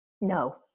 No